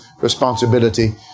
responsibility